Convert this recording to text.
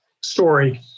story